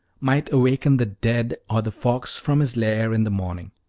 might awaken the dead or the fox from his lair in the morning.